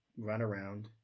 runaround